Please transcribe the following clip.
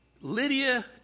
Lydia